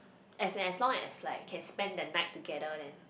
as as long as like can spend the night together then